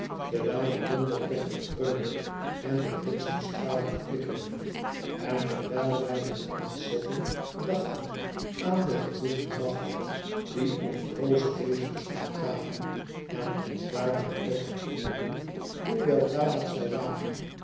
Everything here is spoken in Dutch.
terwijl de donder plechtig dreunde en de bliksemstralen flikkerden en terwijl wij met ontzetting dachten aan de geduchte machten die ons broze wezens omgaven en ons daarbij ook herinnerden hoe weldadig zij waren